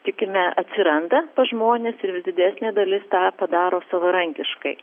tikime atsiranda pas žmones ir vis didesnė dalis tą padaro savarankiškai